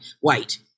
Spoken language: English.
white